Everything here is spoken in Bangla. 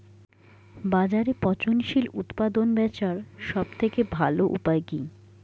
বাজারে পচনশীল উৎপাদন বেচার সবথেকে ভালো উপায় কি?